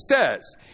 says